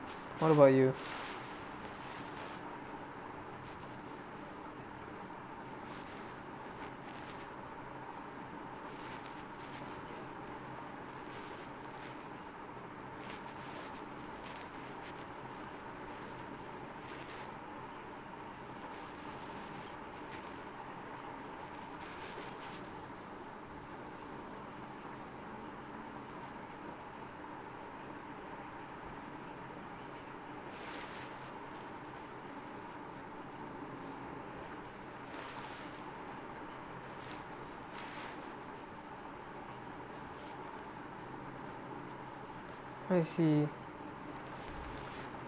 what about you I see